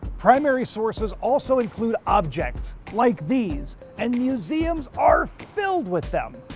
primary sources also include objects, like these and museums are filled with them.